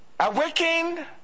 Awaken